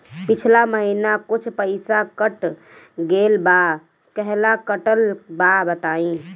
पिछला महीना कुछ पइसा कट गेल बा कहेला कटल बा बताईं?